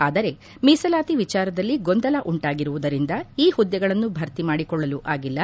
ಆದರೆ ಮೀಸಲಾತಿ ವಿಚಾರದಲ್ಲಿ ಗೊಂದಲ ಉಂಟಾಗಿರುವುದರಿಂದ ಈ ಹುದ್ದೆಗಳನ್ನು ಭರ್ತಿ ಮಾಡಿಕೊಳ್ಳಲು ಆಗಿಲ್ಲ